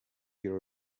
your